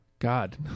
God